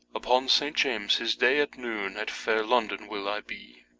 upon saint james his day at noone, at faire london will i be,